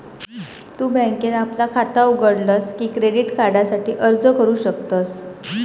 तु बँकेत आपला खाता उघडलस की क्रेडिट कार्डासाठी अर्ज करू शकतस